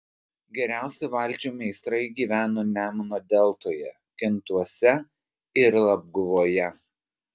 geriausi valčių meistrai gyveno nemuno deltoje kintuose ir labguvoje